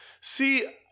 See